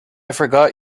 forgot